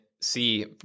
see